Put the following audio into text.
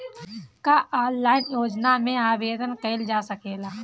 का ऑनलाइन योजना में आवेदन कईल जा सकेला?